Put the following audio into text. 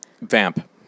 vamp